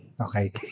Okay